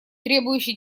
требующий